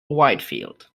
whitefield